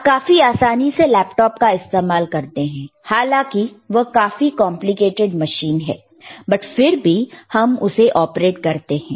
आप काफी आसानी से लैपटॉप का इस्तेमाल करते हैं हालाकी वह काफी कॉम्प्लिकेटेड मशीन है पर फिर भी हम उसे ऑपरेट करते हैं